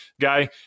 guy